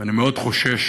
ואני מאוד חושש